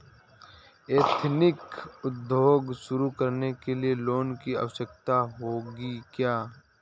Ethnic उद्योग शुरू करने लिए लोन की आवश्यकता होगी क्या?